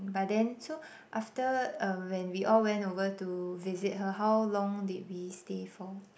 but then so after uh when we all went over to visit her how long did we stay for